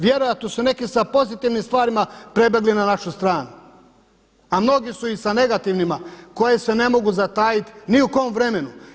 Vjerojatno su neki sa pozitivnim stvarima prebjegli na našu stranu, a mnogi su i sa negativnima koji se ne mogu zatajit ni u kom vremenu.